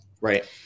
Right